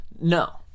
No